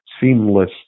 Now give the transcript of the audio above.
seamless